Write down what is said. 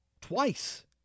Twice